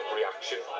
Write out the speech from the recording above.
reaction